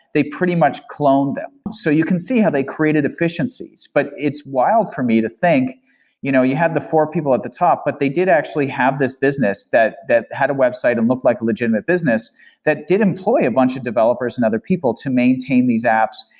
they pretty much clone them. so you can see how they created efficiencies, but it's wild for me to think you know you had the four people at the top, but they did actually have this business that that had a website and looked like a legitimate business that did employ a bunch of developers and other people to maintain these apps,